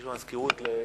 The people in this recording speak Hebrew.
יש לך שלוש דקות.